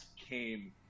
came